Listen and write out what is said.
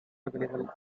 available